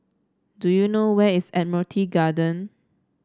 do you know where is Admiralty Garden